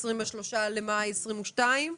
ה-23 במאי 2022,